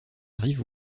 rive